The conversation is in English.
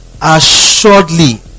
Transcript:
assuredly